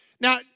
Now